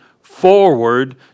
forward